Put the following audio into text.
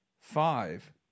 five